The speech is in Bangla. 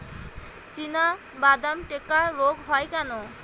চিনাবাদাম টিক্কা রোগ হয় কেন?